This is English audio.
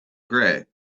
gray